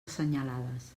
assenyalades